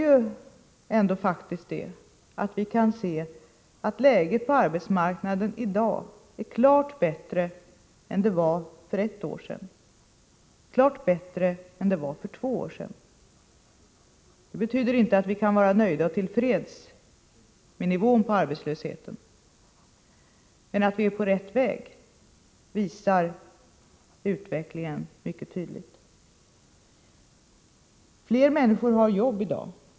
Men läget på arbetsmarknaden i dag är ändå klart bättre än för ett år sedan och klart bättre än för två år sedan. Det betyder inte att vi kan vara nöjda och till freds med nivån på arbetslösheten. Men att vi är på rätt väg visar utvecklingen mycket tydligt. Flera människor har arbete i dag.